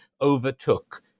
overtook